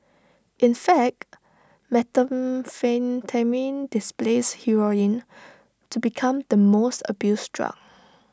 in fact methamphetamine displaced heroin to become the most abused drug